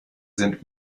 sind